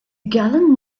gallant